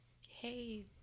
hey